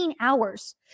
hours